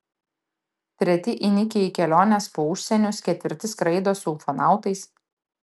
treti įnikę į keliones po užsienius ketvirti skraido su ufonautais